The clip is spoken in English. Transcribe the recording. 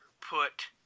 put